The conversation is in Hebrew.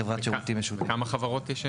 כמה חברות יש היום?